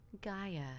Gaia